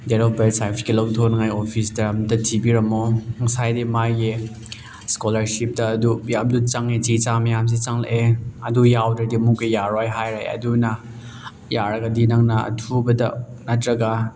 date of birth certificate ꯂꯧꯊꯣꯛꯅꯉꯥꯏ ꯑꯣꯐꯤꯁꯇ ꯑꯝꯇ ꯊꯤꯕꯤꯔꯝꯃꯣ ꯉꯁꯥꯏꯗꯤ ꯃꯥꯒꯤ ꯏꯁꯀꯣꯂꯔꯁꯤꯞꯇ ꯑꯗꯨ ꯃꯌꯥꯝꯗꯣ ꯆꯪꯉꯦ ꯆꯦ ꯆꯥꯡ ꯃꯌꯥꯝꯁꯤ ꯆꯪꯂꯛꯑꯦ ꯑꯗꯨ ꯌꯥꯎꯗ꯭ꯔꯗꯤ ꯑꯃꯨꯛꯀ ꯌꯥꯔꯣꯏ ꯍꯥꯏꯔꯦ ꯑꯗꯨꯅ ꯌꯥꯔꯒꯗꯤ ꯅꯪꯅ ꯑꯊꯨꯕꯗ ꯅꯠꯇ꯭ꯔꯒ